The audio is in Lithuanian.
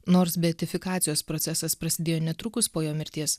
nors beatifikacijos procesas prasidėjo netrukus po jo mirties